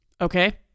Okay